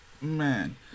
man